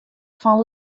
fan